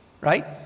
right